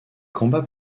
combats